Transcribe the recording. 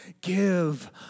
give